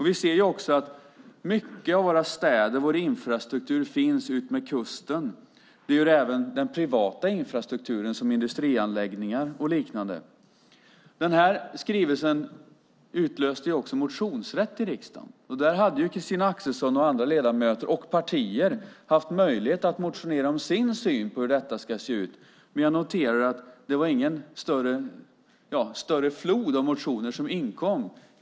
Vi ser också att mycket av våra städer och vår infrastruktur finns utmed kusten. Det gör även den privata infrastrukturen - industrianläggningar och liknande. Regeringens skrivelse utlöste motionsrätt i riksdagen. Där hade Christina Axelsson och andra ledamöter och partier möjlighet att motionera om sin syn på hur detta ska se ut. Jag kan dock notera att det inte var någon större flod av motioner som inkom.